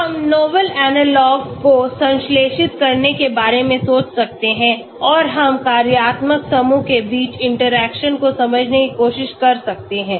हम नए एनालॉग्स को संश्लेषित करने के बारे में सोच सकते हैं और हम कार्यात्मक समूहों के बीच इंटरेक्शन को समझने की कोशिश कर सकते हैं